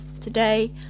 Today